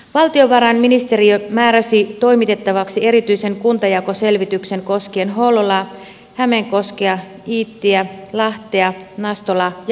valtiovarainministeriö määräsi toimitettavaksi erityisen kuntajakoselvityksen koskien hollolaa hämeenkoskea iittiä lahtea nastolaa ja kärkölää